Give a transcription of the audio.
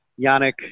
Yannick